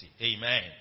Amen